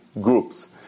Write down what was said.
groups